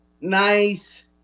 nice